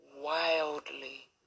wildly